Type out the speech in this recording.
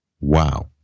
Wow